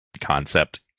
concept